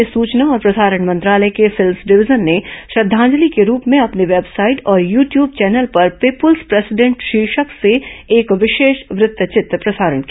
केंद्रीय सुचना और प्रसारण मंत्रालय की फिल्म्स डिविजन ने श्रद्धांजलि के रूप में अपनी वेबसाइट और यू ट्यूब चैनल पर पीपुल्स प्रेसीडेंट शीर्षक से एक विशेष वृत्तवित्र प्रसारण किया